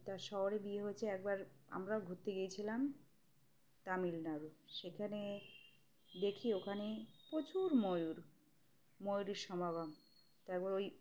তার শহরে বিয়ে হয়েছে একবার আমরাও ঘুরতে গিয়েছিলাম তামিলনাড়ু সেখানে দেখি ওখানে প্রচুর ময়ূর ময়ূরের সমাগম তারপর ওই